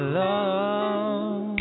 love